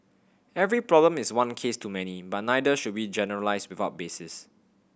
every problem is one case too many but neither should we generalise without basis